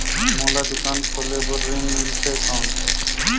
मोला दुकान खोले बार ऋण मिलथे कौन?